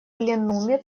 пленуме